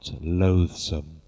loathsome